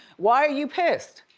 why are you pissed?